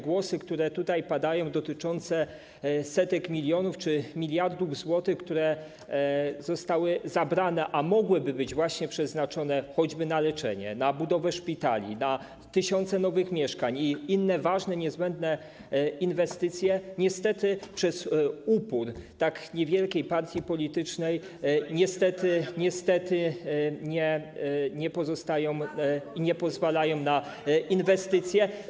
Głosy, które tutaj padają, dotyczące setek milionów czy miliardów złotych, które zostały zabrane, a mogłyby być właśnie przeznaczone choćby na leczenie, na budowę szpitali, na tysiące nowych mieszkań i inne ważne, niezbędne inwestycje, niestety przez upór tak niewielkiej partii politycznej nie pozwalają na inwestycje.